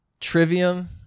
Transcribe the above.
Trivium